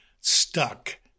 stuck